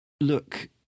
look